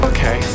Okay